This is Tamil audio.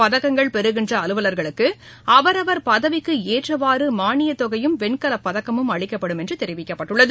பதக்கங்கள் பெறுகின்ற அலுவலர்களுக்கு அவரவர் பதவிக்கேற்றவாறு மானியத்தொகையும் வெண்கலப்பதக்கமும் அளிக்கப்படும் என்று தெரிவிக்கப்பட்டுள்ளது